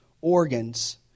organs